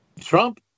Trump